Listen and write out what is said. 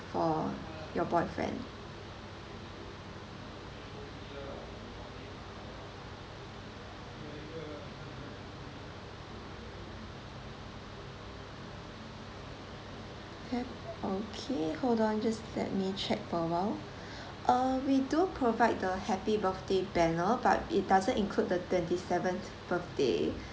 for your boyfriend can okay hold on just let me check for a while uh we do provide the happy birthday banner but it doesn't include the twenty seventh birthday